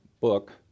book